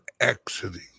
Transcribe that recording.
exiting